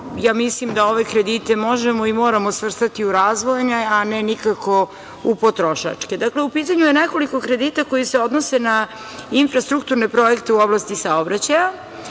ja mislim da ove kredite možemo i moramo svrstati u razvojne, a ne nikako u potrošačke. Dakle, u pitanju je nekoliko kredita koji se odnose na infrastrukturne projekte u oblasti saobraćaja,